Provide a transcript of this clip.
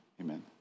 Amen